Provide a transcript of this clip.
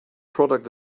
product